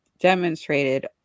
demonstrated